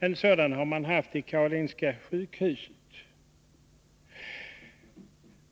En sådan har man haft i Karolinska sjukhuset.